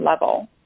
level